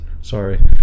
sorry